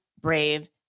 brave